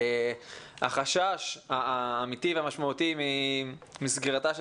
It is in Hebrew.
החשש האמיתי והמשמעותי מסגירתה של